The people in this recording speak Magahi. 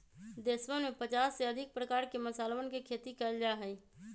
देशवन में पचास से अधिक प्रकार के मसालवन के खेती कइल जा हई